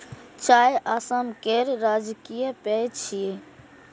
चाय असम केर राजकीय पेय छियै